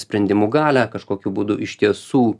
sprendimų galią kažkokiu būdu iš tiesų